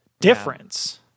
difference